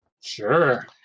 Sure